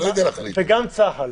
גם בצה"ל